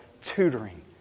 tutoring